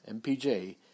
MPJ